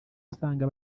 usanga